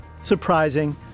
surprising